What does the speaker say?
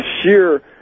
sheer